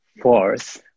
force